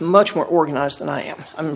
much more organized than i am i'm